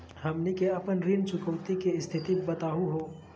हमनी के अपन ऋण चुकौती के स्थिति बताहु हो?